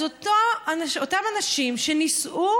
אז אותם אנשים שנישאו